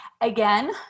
Again